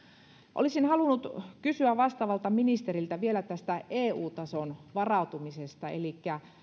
olisin halunnut kysyä vastaavalta ministeriltä vielä tästä eu tason varautumisesta elikkä